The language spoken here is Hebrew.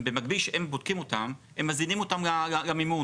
במקביל שהם בודקים אותם הם מזינים אותם למימון.